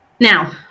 Now